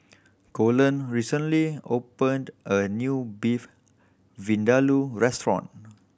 Coleen recently opened a new Beef Vindaloo Restaurant